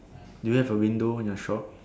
do you have a window on your shop